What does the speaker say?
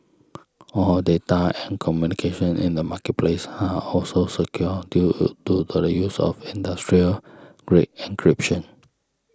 all data and communication in the marketplace are also secure due to the use of industrial grade encryption